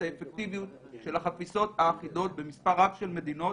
האפקטיביות של החפיסות האחידות במספר רב של מדינות.